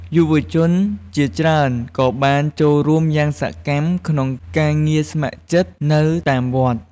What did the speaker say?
យុវជនជាច្រើនក៏បានចូលរួមយ៉ាងសកម្មក្នុងការងារស្ម័គ្រចិត្តនៅតាមវត្ត។